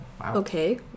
Okay